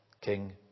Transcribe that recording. King